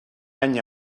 any